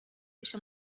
پیش